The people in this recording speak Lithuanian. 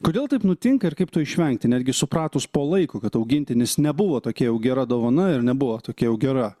kodėl taip nutinka ir kaip to išvengti netgi supratus po laiko kad augintinis nebuvo tokia jau gera dovana ir nebuvo tokia jau gera